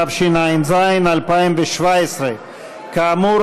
התשע"ז 2017. כאמור,